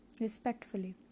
respectfully